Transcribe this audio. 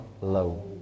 low